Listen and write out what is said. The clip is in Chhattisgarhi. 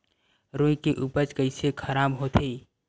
रुई के उपज कइसे खराब होथे?